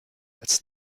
als